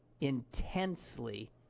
intensely